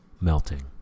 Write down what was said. melting